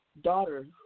daughter